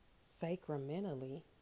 sacramentally